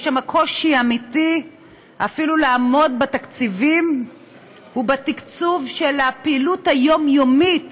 יש שם קושי אמיתי אפילו לעמוד בתקציבים ובתקצוב של הפעילות היומיומית